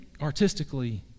artistically